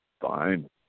Fine